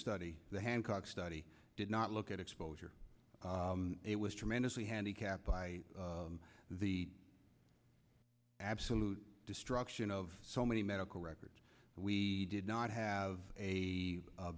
study the hancock study did not look at exposure it was tremendously handicapped by the absolute destruction of so many medical records we did not have a